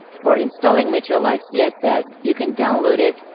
for installing materialize css, you can download it,